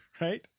right